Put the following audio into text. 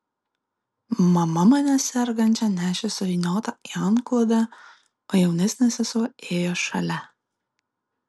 mama mane sergančią nešė suvyniotą į antklodę o jaunesnė sesuo ėjo šalia